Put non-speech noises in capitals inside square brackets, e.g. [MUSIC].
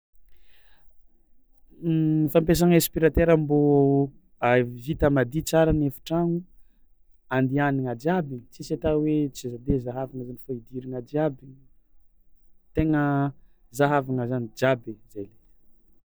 [HESITATION] Fampiasagna aspiratera mbô a v- vita madio tsara ny efitragno andianagna jiaby tsisy atao hoe tsy z- de zahavagna fo idiragna jiaby, tegna zahavagna zany jiaby, zay le izy.